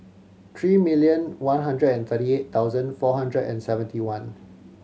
three million one hundred and thirty eight thousand four hundred and seventy one